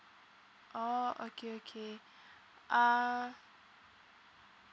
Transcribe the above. orh okay okay uh